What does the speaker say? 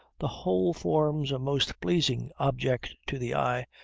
the whole forms a most pleasing object to the eye,